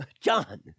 John